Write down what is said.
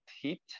heat